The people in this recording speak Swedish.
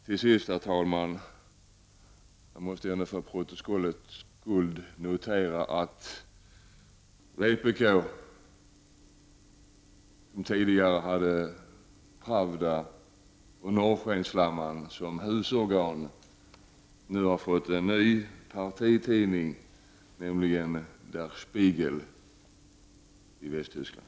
Till sist, herr talman, måste jag för protokollets skull notera att vpk, som tidigare har haft Pravda och Norrskensflamman som husorgan, nu har fått en ny partitidning, nämligen Der Spiegel i Västtyskland.